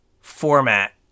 format